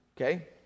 okay